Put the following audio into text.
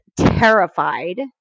terrified